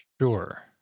Sure